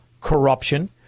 corruption